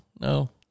no